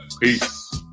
Peace